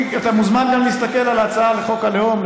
אתה מוזמן גם להסתכל על ההצעה לחוק הלאום,